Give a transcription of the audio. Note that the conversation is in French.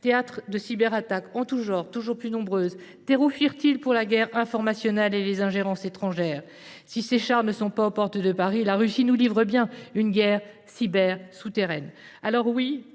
Théâtre de cyberattaques en tout genre, toujours plus nombreuses, c’est un terreau fertile pour la guerre informationnelle et les ingérences étrangères. Si ses chars ne sont pas aux portes de Paris, la Russie nous livre bien une guerre cyber souterraine.